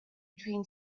between